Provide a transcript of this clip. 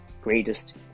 greatest